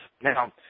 Now